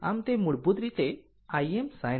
આમ તે મૂળભૂત રીતે Im sinθ છે